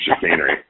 chicanery